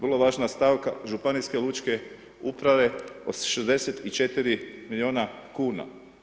Vrlo važna stavka županijske lučke uprave od 64 milijuna kuna.